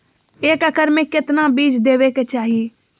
एक एकड़ मे केतना बीज देवे के चाहि?